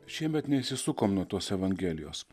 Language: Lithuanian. šiemet neišsisukom nuo tos evangelijos